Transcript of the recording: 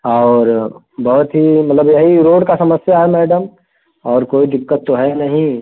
और बहुत ही मतलब यही रोड का समस्या है मैडम और कोई दिक्कत तो है नहीं